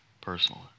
personally